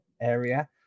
area